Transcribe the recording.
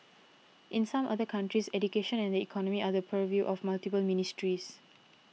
in some other countries education and the economy are the purview of multiple ministries